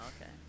okay